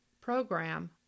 program